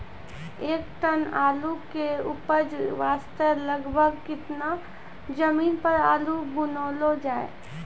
एक टन आलू के उपज वास्ते लगभग केतना जमीन पर आलू बुनलो जाय?